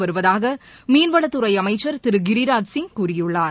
வருவதாக மீன்வளத்துறை அமைச்சர் திருகிரிராஜ்சிங் கூறியுள்ளார்